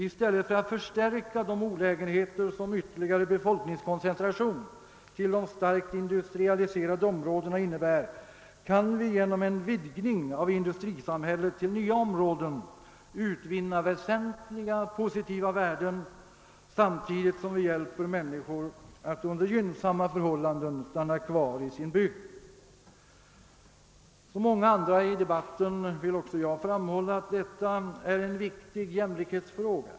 I stället för att förstärka de olägenheter som ytterligare befolkningskoncentration till de starkt industrialiserade områdena innebär kan vi genom en vidgning av industrisamhället till nya områden uivinna väsentliga positiva värden sam tidigt som vi hjälper människor att under gynnsamma förhållanden stanna kvar i sin bygd. Som många andra i debatten vill även jag framhålla att detta också är en viktig jämlikhetsfråga.